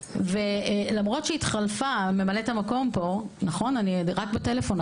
למרות שהתחלפה ממלאת המקום פה רק בטלפון,